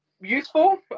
useful